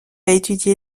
étudié